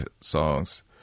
songs